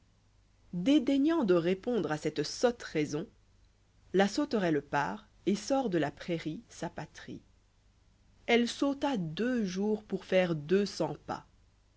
dédaignant de répondre à ces sottes raisons la sauterelle part cl soit de la prairie sa patrie elle sauta deux jours pour faire deux cents pas